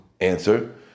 Answer